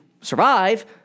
survive